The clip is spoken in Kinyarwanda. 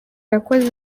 yakoze